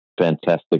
fantastic